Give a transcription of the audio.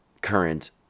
current